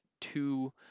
two